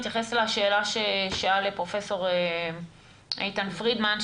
להתייחס לשאלה ששאל פרופ' איתן פרידמן,